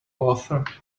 laughter